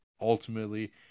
ultimately